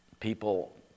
People